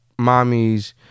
mommies